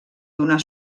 donar